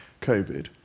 COVID